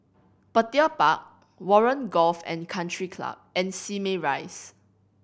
Petir Park Warren Golf and Country Club and Simei Rise